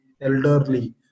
elderly